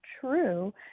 true